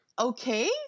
okay